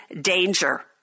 danger